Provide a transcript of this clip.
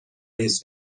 his